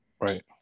Right